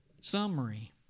Summary